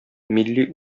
милли